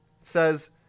says